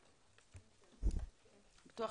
בבקשה, ביטוח